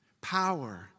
power